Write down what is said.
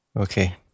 okay